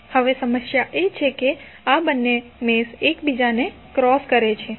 હવે સમસ્યા એ છે કે આ બંને મેશ એકબીજાને ક્રોસ કરી રહ્યા છે